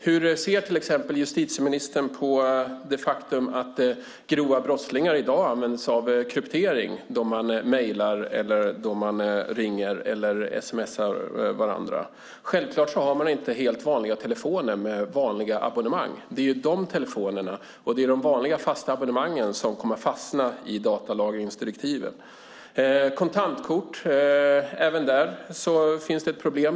Hur ser till exempel justitieministern på det faktum att grova brottslingar i dag använder sig av kryptering då de mejlar, ringer eller sms:ar varandra? Självklart har de inte helt vanliga telefoner med vanliga abonnemang. Det är vanliga telefoner och de vanliga, fasta abonnemangen som kommer att fastna i datalagringsdirektivet. Även med kontantkort finns problem.